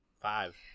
Five